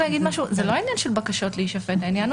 זה לא העניין של הבקשה להישפט --- מדובר